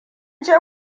ce